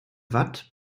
watt